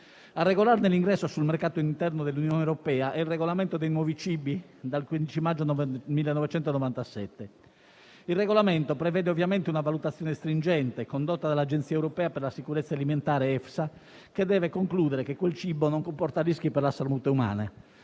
A regolarne l'ingresso sul mercato interno dell'Unione europea è il regolamento sui nuovi prodotti alimentari del 15 maggio 1997: il regolamento prevede ovviamente una valutazione stringente, condotta dall'Autorità europea per la sicurezza alimentare (EFSA), che deve concludere che quel cibo non comporta rischi per la salute umana.